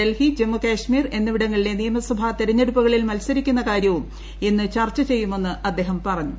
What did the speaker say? ഡൽഹി ജമ്മുകാശ്മീർ എന്നിവിടങ്ങളെ നിയമസഭാ തെരഞ്ഞെടുപ്പുകളിൽ മൽസരിക്കുന്ന കാര്യവും ഇന്ന് ചർച്ചചെയ്യുമെന്ന് അദ്ദേഹം പറഞ്ഞു